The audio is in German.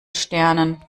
sternen